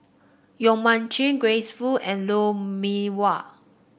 Yong Mun Chee Grace Fu and Lou Mee Wah